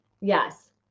Yes